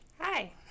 Hi